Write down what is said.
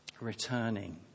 Returning